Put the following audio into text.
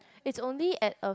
it's only at a